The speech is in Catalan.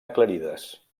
aclarides